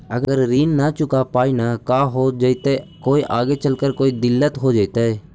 अगर ऋण न चुका पाई न का हो जयती, कोई आगे चलकर कोई दिलत हो जयती?